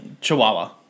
Chihuahua